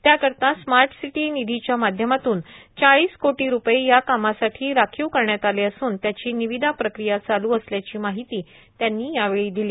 त्याकरिता स्मार्टसीटि निधीच्या माध्यमातून चाळीस कोटी रुपये या कामासाठी राखीव करण्यात आले असून त्याची निविदा प्रक्रिया चालू असल्याची माहिती त्यांनी यावेळी दिली